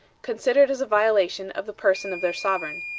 considered as a violation of the person of their sovereign.